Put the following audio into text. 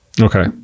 Okay